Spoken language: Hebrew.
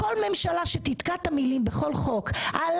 כל ממשלה שתתקע את המילים בכל חוק "על